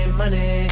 money